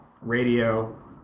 radio